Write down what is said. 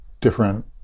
different